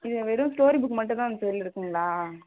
இதில் வெறும் story book மட்டும்தான் இந்த சைடில் இருக்குதுங்களா